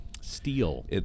Steel